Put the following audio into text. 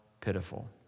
pitiful